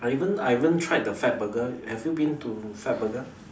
I even I even tried the FatBurger have you been to FatBurger